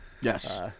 Yes